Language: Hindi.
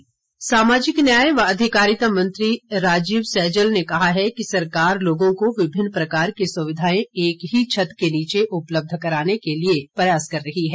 राजीव सैजल सामाजिक न्याय व अधिकारिता मंत्री राजीव सैजल ने कहा है कि सरकार लोगों को विभिन्न प्रकार की सुविधाएं एक ही छत्त के नीचे उपलब्ध करवाने के लिए प्रयास कर रही है